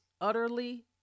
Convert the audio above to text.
utterly